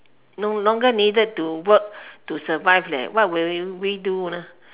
no longer needed to work to survive leh what will you we do ah